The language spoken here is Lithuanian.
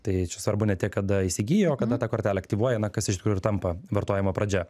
tai čia svarbu ne tiek kada įsigijo o kada tą kortelę aktyvuoja na kas iš tikrųjų ir tampa vartojimo pradžia